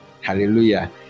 hallelujah